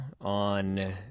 on